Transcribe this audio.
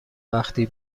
وقتی